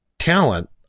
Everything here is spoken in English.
talent